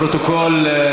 לפרוטוקול,